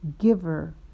giver